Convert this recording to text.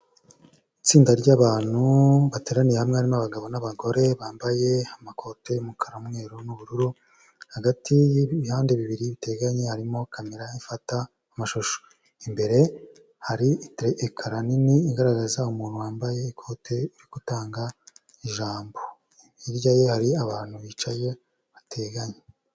Itsinda ryabantu bateraniye hamwe harimo abagabo nabagore bambaye amakoti y'umukara, umweru n'ubururu, hagati y'ibihande bibiri biteganye harimo kamera ifata amashusho, imbere hari ekara nini igaragaza umuntu wambaye ikote ari gutanga ijambo, hirya ye hari abantu bicaye bateganye.